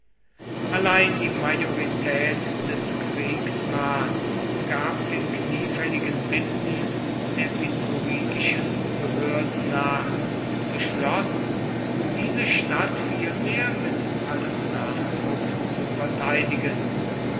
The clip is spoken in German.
allein die majorität des kriegsrats gab den kniefälligen bitten der biturigischen behörden nach und beschloß diese stadt vielmehr mit allem nachdruck zu verteidigen